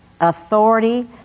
Authority